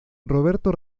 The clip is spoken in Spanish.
roberto